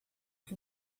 que